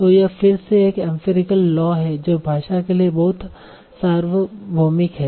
तो यह फिर से एक एम्पिरिकल लॉ है जो भाषा के लिए बहुत सार्वभौमिक है